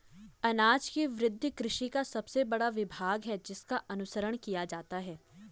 अनाज की वृद्धि कृषि का सबसे बड़ा विभाग है जिसका अनुसरण किया जाता है